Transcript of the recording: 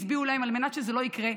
שהצביעו להם על מנת שזה לא יקרה,